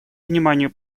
вниманию